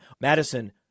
Madison